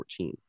2014